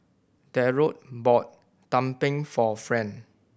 Darold bought tumpeng for Friend